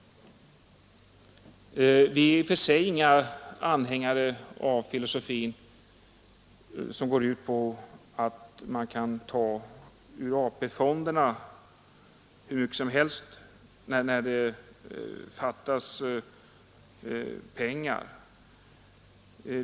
Vi är i och för sig inga anhängare av den filosofi som går ut på att man kan ta hur mycket som helst ur AP-fonderna när det fattas pengar.